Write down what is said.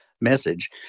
message